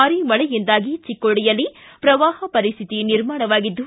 ಭಾರಿ ಮಳೆಯಿಂದಾಗಿ ಚಿಕೋಡಿಯಲ್ಲಿ ಪ್ರವಾಹ ಪರಿಸ್ತಿತಿ ನಿರ್ಮಾಣವಾಗಿದ್ದು